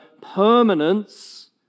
permanence